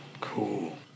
cool